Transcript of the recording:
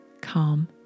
calm